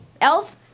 Elf